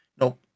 no